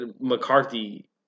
McCarthy